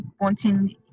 wanting